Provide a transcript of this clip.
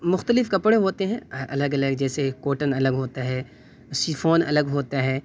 مختلف کپڑے ہوتے ہیں الگ الگ جیسے کوٹن الگ ہوتا ہے سیفون الگ ہوتا ہے